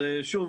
אז שוב,